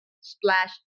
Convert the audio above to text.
splash